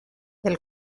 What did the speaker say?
del